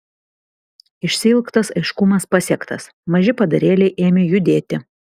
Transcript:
išsiilgtas aiškumas pasiektas maži padarėliai ėmė judėti